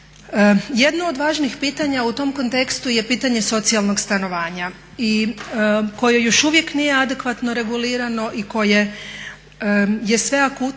Jedno od važnih pitanja u tom kontekstu je pitanje socijalnog stanovanja koje još uvijek nije adekvatno regulirano i koje je sve akutnije